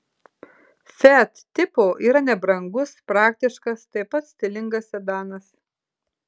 fiat tipo yra nebrangus praktiškas taip pat stilingas sedanas